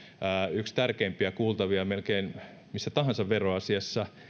yksi tärkeimpiä kuultavia melkein missä tahansa veroasiassa